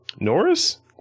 Norris